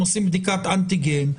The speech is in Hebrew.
הם עושים בדיקת אנטיגן,